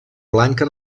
blanca